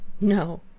No